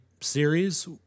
series